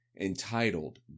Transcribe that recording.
entitled